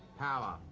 power.